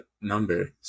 number